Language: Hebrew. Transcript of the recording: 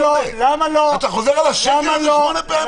למה לא --- אתה חוזר על השקר הזה שמונה פעמים.